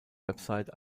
website